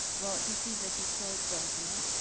well, this is a historic document.